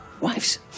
Wives